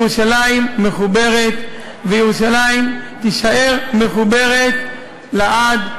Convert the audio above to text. ירושלים מחוברת וירושלים תישאר מחוברת לעד,